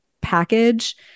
package